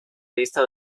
lista